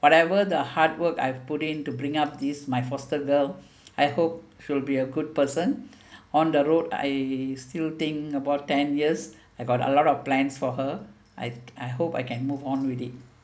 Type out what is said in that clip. whatever the hard work I've put in to bring up this my foster girl I hope she will be a good person on the road I still think about ten years I got a lot of plans for her I I hope I can move on with it